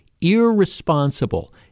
irresponsible